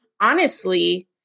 honestly-